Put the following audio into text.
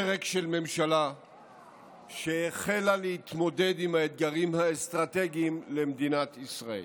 פרק של ממשלה שהחלה להתמודד עם האתגרים האסטרטגיים למדינת ישראל,